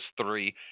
three